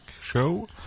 Show